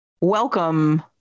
welcome